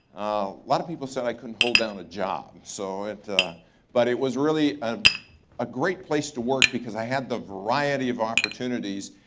lot of people said i couldn't hold down a job. so but it was really ah a great place to work because i had the variety of opportunities,